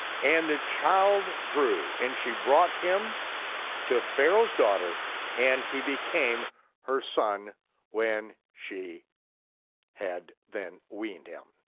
and the child grew, and she brought him to pharaoh's daughter and he became her son when she had then weaned him.